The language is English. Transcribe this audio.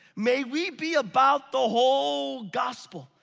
may we be about the whole gospel,